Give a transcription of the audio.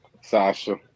Sasha